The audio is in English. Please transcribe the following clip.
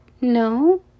No